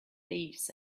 thieves